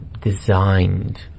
designed